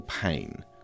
pain